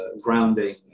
grounding